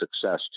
success